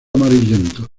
amarillento